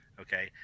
okay